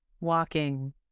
walking